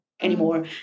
anymore